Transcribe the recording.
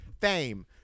fame